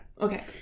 Okay